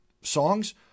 songs